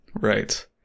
Right